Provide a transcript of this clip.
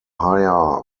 higher